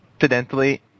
Incidentally